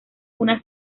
una